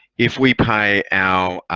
if we pay our